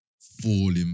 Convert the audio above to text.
falling